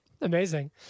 Amazing